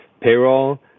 payroll